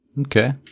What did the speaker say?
Okay